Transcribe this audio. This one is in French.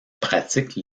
pratique